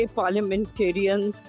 parliamentarians